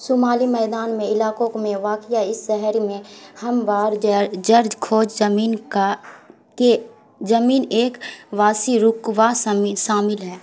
شمالی میدان میں علاقوں میں واقعے اس شہر میں ہموار زر خیز زمین کا کے زمین ایک واضع رقبہ شامل ہے